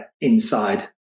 inside